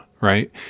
right